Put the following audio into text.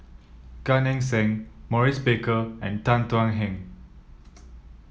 Gan Eng Seng Maurice Baker and Tan Thuan Heng